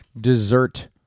Dessert